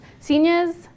Seniors